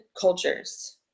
cultures